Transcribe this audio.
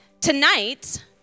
tonight